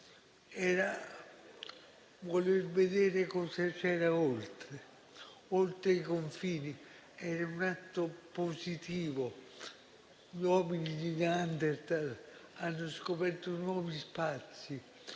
dal voler vedere cosa c'era oltre, oltre i confini: era un atto positivo. Gli uomini di Neanderthal hanno scoperto nuovi spazi,